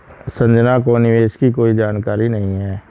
संजना को निवेश की कोई जानकारी नहीं है